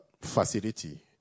facility